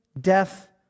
death